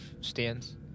stands